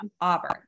Auburn